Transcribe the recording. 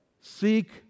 Seek